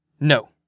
No